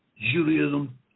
Judaism